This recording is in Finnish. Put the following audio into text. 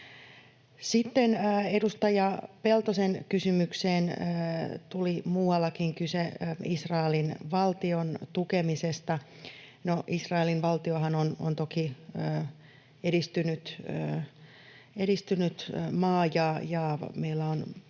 Sitten edustaja Peltosen kysymykseen, ja tuli muualtakin kysymys Israelin valtion tukemisesta. No, Israelin valtiohan on toki edistynyt maa, ja meillä on